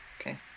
Okay